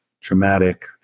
traumatic